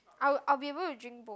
I will I'll be able to drink both